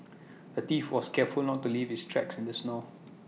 A thief was careful not to leave his tracks in the snow